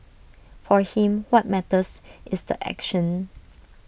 for him what matters is the action